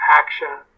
action